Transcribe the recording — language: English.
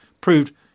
proved